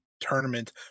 tournament